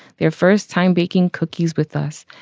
their first time baking cookies with us,